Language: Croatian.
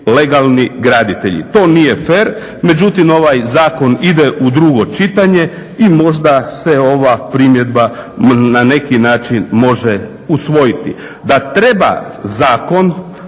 To nije fer, međutim ovaj zakon ide u drugo čitanje i možda se ova primjedba na neki način može usvojiti.